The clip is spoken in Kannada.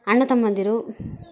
ಅಣ್ಣ ತಮ್ಮಂದಿರೂ